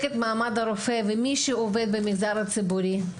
את מעמד הרופא ומי שעובד במגזר הציבור.